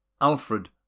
Alfred